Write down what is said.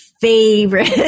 favorite